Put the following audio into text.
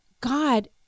God